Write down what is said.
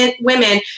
women